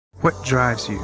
what drives you?